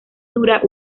dura